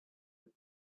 with